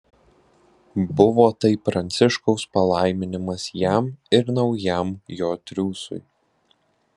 buvo tai pranciškaus palaiminimas jam ir naujam jo triūsui